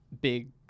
big